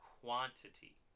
quantity